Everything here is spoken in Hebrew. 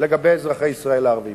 לגבי אזרחי ישראל הערבים.